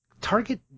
Target